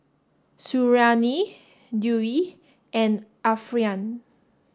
Suriani Dewi and Alfian